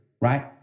right